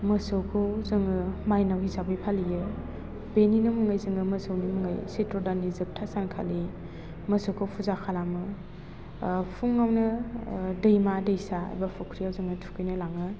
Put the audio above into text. मोसौखौ जोङो मायनाव हिसाबै फालियो बेनिनो मुङै जोङो मोसौनि मुङै सैथ्र दाननि जोबथा सानखालि मोसौखौ फुजा खालामो फुङावनो दैमा दासा एबा फुख्रियाव जोङो थुखैनो लाङो